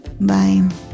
Bye